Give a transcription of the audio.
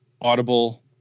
Audible